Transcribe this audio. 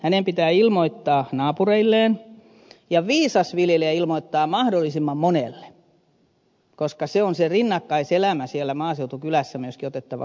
hänen pitää ilmoittaa naapureilleen ja viisas viljelijä ilmoittaa mahdollisimman monelle koska se rinnakkaiselämä on siellä maaseutukylässä myöskin otettava huomioon